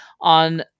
on